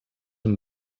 een